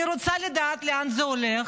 אני רוצה לדעת לאן זה הולך,